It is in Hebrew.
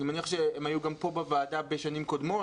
אני מניח שהם היו גם כאן בוועדה בשנים קודמות.